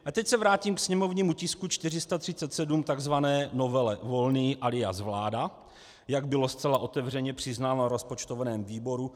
A teď se vrátím ke sněmovnímu tisku 437, takzvané novele Volný, alias vláda, jak bylo zcela otevřeně přiznáno na rozpočtovém výboru.